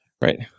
Right